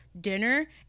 dinner